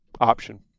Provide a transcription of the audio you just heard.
option